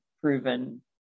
proven